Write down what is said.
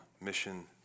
mission